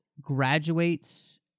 graduates